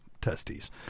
testes